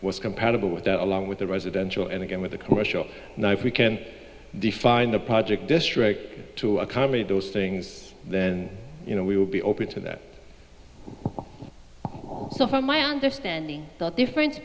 was compatible with that along with the residential and again with the question now if we can define the project district to accommodate those things then you know we will be open to that from my understanding the difference